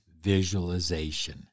visualization